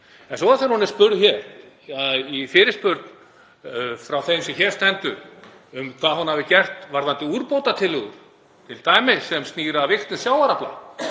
En svo þegar hún er spurð hér, í fyrirspurn frá þeim sem hér stendur, um hvað hún hafi gert varðandi úrbótatillögur, t.d. sem snúa að vigtun sjávarafla,